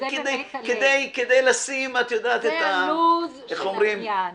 זה הלוז של העניין, שמת אותו.